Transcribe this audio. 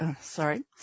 Sorry